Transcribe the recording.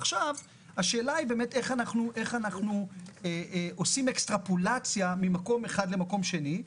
השאלה היא איך אנחנו עושים אקסטרפולציה ממקום אחד למקום שני,